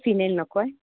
phenyl नको आहे